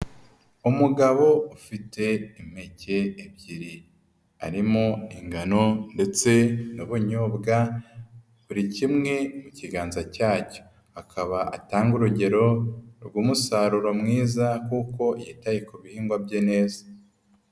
Umugabo ufite impeke ebyiri harimo ingano ndetse n'ubunyobwa, buri kimwe mu kiganza cyacyo, akaba atanga urugero rw'umusaruro mwiza kuko yitaye ku bihingwa bye neza.